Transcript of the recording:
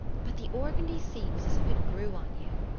but the organdy seems as if it grew on you.